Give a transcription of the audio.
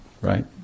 right